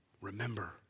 Remember